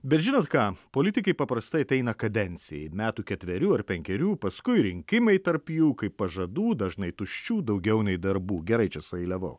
bet žinot ką politikai paprastai ateina kadencijai metų ketverių ar penkerių paskui rinkimai tarp jų kaip pažadų dažnai tuščių daugiau nei darbų gerai čia sueiliavau